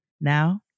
Now